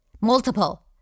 Multiple